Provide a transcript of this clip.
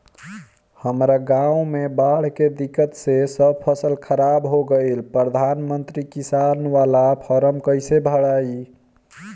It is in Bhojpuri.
हमरा गांव मे बॉढ़ के दिक्कत से सब फसल खराब हो गईल प्रधानमंत्री किसान बाला फर्म कैसे भड़ाई?